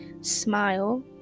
smile